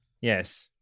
Yes